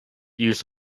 use